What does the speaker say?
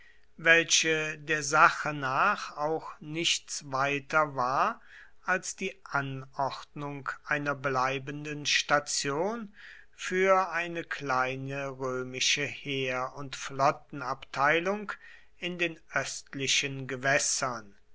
welche der sache nach auch nichts weiter war als die anordnung einer bleibenden station für eine kleine römische heer und flottenabteilung in den östlichen gewässern